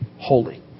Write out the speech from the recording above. holy